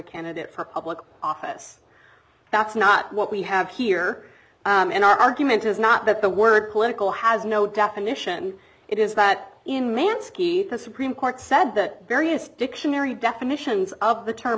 candidate for public office that's not what we have here in our argument is not that the word political has no definition it is that in man ski the supreme court said that various dictionary definitions of the term